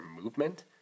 movement